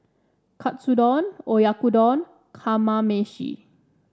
Katsudon Oyakodon Kamameshi